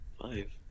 five